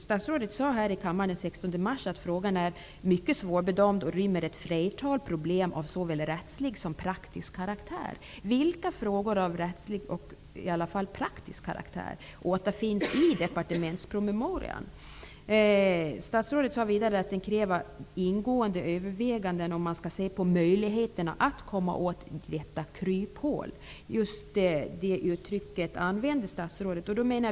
Statsrådet sade i kammaren den 16 mars att frågan är mycket svårbedömd och rymmer ett flertal problem av såväl rättslig som praktisk karaktär. Vilka frågor av rättslig och praktisk karaktär återfinns i departementspromemorian? Statsrådet sade vidare att det kräver ingående överväganden att se över möjligheterna att komma åt ett av kryphålen. Statsrådet använder just det uttrycket.